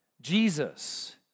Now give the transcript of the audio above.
Jesus